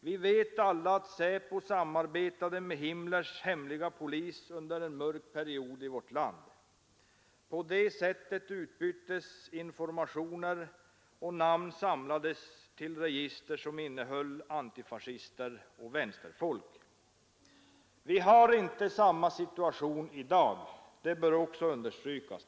Vi vet alla att SÄPO samarbetade med Himmlers hemliga polis under en mörk period i vårt land. På det sättet utbyttes informationer, och namn samlades till register över antifascister och vänsterfolk. Vi har inte samma situation i dag — det bör också understrykas.